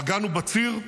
פגענו בציר,